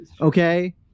okay